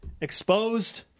exposed